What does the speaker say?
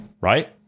Right